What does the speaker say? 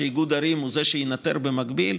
שאיגוד ערים יהיה זה שינטר במקביל,